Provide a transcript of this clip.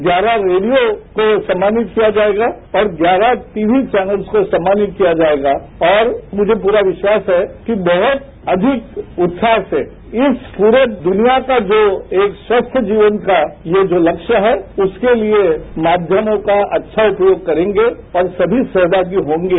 ग्यारह रेडियों को सम्मानित किया जायेगा और ग्यारह टीवी चैनल्स को सम्मानित किया जायेगा और मुझे पूरा विश्वास है कि बहुत अधिक उत्साह से इस पूरी दुनिया को जो एक स्वस्थ जीवन का ये जो लक्ष्य है उसके लिए माध्यमों का अच्छा उपयोग करेंगे और सभी सहभागी होंगे